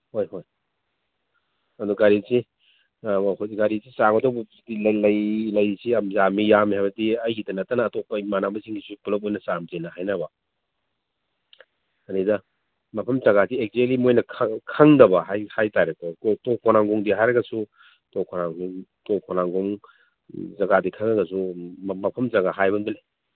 ꯍꯣꯏ ꯍꯣꯏ ꯑꯗꯨ ꯒꯥꯔꯤꯁꯤ ꯑꯩꯈꯣꯏꯒꯤ ꯒꯥꯔꯤꯁꯤ ꯆꯥꯝꯒꯗꯧꯕ ꯂꯩꯔꯤꯁꯤ ꯌꯥꯝ ꯌꯥꯝꯃꯤ ꯌꯥꯝꯃꯤ ꯍꯥꯏꯕꯗꯤ ꯑꯩꯒꯤꯗ ꯅꯠꯇꯅ ꯑꯇꯣꯞꯄ ꯏꯃꯥꯟꯅꯕꯁꯤꯡꯒꯤꯁꯨ ꯄꯨꯂꯞ ꯑꯣꯏꯅ ꯆꯥꯝꯁꯦꯅ ꯍꯥꯏꯅꯕ ꯑꯗꯩꯗ ꯃꯐꯝ ꯖꯒꯥꯁꯤ ꯑꯦꯛꯖꯦꯛꯂꯤ ꯃꯣꯏꯅ ꯈꯪꯗꯕ ꯍꯥꯏ ꯇꯥꯔꯦꯀꯣ ꯇꯣꯞ ꯈꯣꯡꯅꯥꯡꯃꯈꯣꯡꯗꯤ ꯍꯥꯏꯔꯒꯁꯨ ꯇꯣꯞ ꯈꯣꯡꯅꯥꯡꯃꯈꯣꯡ ꯇꯣꯞ ꯈꯣꯡꯅꯥꯡꯃꯈꯣꯡ ꯖꯒꯥꯗꯤ ꯈꯪꯉꯒꯁꯨ ꯃꯐꯝ ꯖꯒꯥ ꯍꯥꯏꯕ ꯑꯃꯗꯤ ꯂꯩ